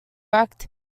direct